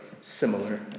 similar